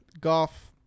golf